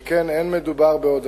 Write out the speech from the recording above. שכן אין מדובר בעודפים.